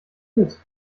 mit